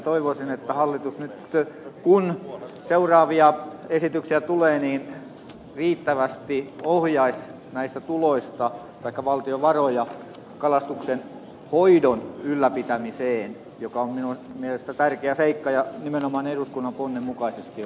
toivoisin että hallitus nyt kun seuraavia esityksiä tulee riittävästi ohjaisi näistä tuloista taikka muuten valtion varoja kalastuksen hoidon ylläpitämiseen mikä on minun mielestäni tärkeä seikka ja olisi nimenomaan eduskunnan ponnen mukaisesti